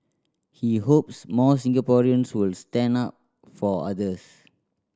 he hopes more Singaporeans will stand up for others